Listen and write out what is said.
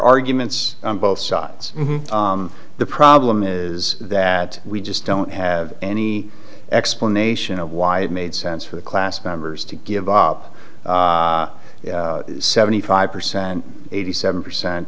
arguments on both sides the problem is that we just don't have any explanation of why it made sense for the class members to give up seventy five percent and eighty seven percent